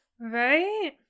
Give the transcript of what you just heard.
Right